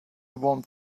want